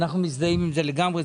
אנחנו מזדהים עם זה לגמרי,